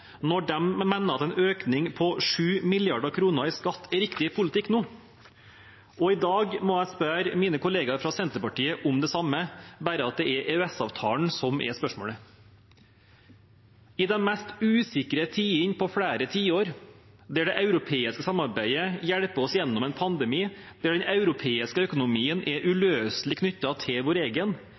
når de mener at en økning på 7 mrd. kr i skatt er riktig politikk nå. I dag må jeg spørre mine kollegaer fra Senterpartiet om det samme, bare at det er EØS-avtalen som er spørsmålet. I de mest usikre tidene på flere tiår, der det europeiske samarbeidet hjelper oss gjennom en pandemi, og der den europeiske økonomien er uløselig knyttet til vår egen